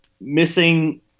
missing